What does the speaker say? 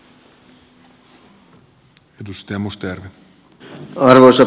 arvoisa puhemies